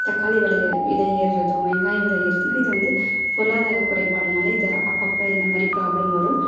தக்காளி வில விலை ஏற்றதும் வெங்கயம் விலை ஏற்றதும் இது வந்து பொருளாதார குறைப்பாடுனால் இதை அப்பப்போ இந்த மாதிரி ப்ராப்ளம் வரும்